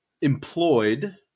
employed